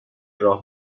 راه